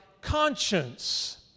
conscience